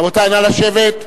רבותי, נא לשבת.